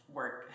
work